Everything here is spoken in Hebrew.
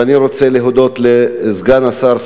ואני רוצה להודות לסגן השר,